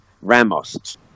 Ramos